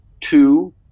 two